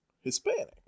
hispanic